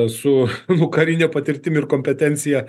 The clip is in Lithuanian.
su nu karine patirtim ir kompetencija